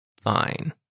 fine